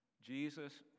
Jesus